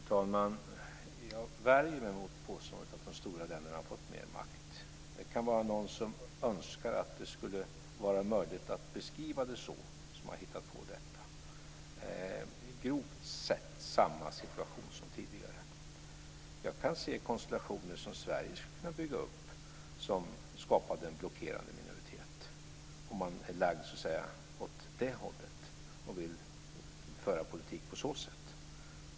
Fru talman! Jag värjer mig mot påståendet att de stora länderna har fått mer makt. Det kan vara någon som önskar att det skulle vara möjligt att beskriva det så som har hittat på detta. Situationen är grovt sett densamma som tidigare. Jag kan se konstellationer som Sverige skulle kunna bygga upp som hade kunnat skapa en blockerande minoritet, om man hade varit lagd åt det hållet och velat föra politik på så sätt.